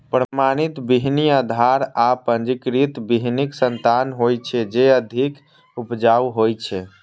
प्रमाणित बीहनि आधार आ पंजीकृत बीहनिक संतान होइ छै, जे अधिक उपजाऊ होइ छै